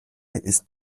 ist